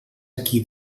aquí